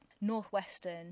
Northwestern